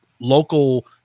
local